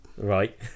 Right